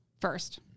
first